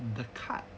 the carb